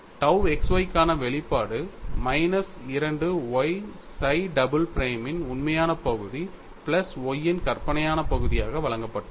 tau x y க்கான வெளிப்பாடு minus 2 y psi double பிரைமின் உண்மையான பகுதி பிளஸ் Y இன் கற்பனையான பகுதியாக வழங்கப்பட்டுள்ளது